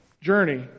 journey